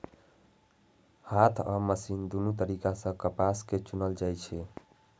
हाथ आ मशीन दुनू तरीका सं कपास कें चुनल जाइ छै